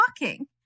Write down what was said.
walking